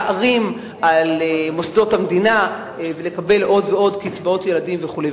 להערים על מוסדות המדינה ולקבל עוד ועוד קצבאות ילדים וכו'.